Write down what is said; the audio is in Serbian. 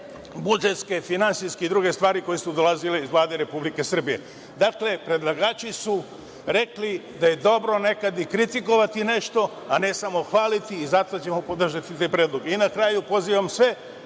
budžetske, finansijske i druge stvari koje su dolazile iz Vlade Republike Srbije. Dakle, predlagači su rekli da je dobro nekad i kritikovati nešto, a ne samo hvaliti i zato ćemo podržati taj predlog. Na kraju, pozivam sve